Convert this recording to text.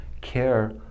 care